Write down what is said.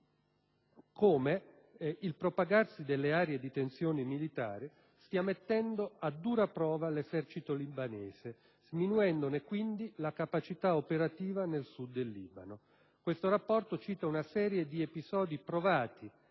come il propagarsi delle aree di tensione militare stia mettendo a dura prova l'esercito libanese, sminuendone quindi la capacità operativa nel Sud del Libano. Questo rapporto cita una serie di episodi provati